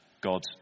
God